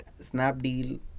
Snapdeal